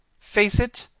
face it,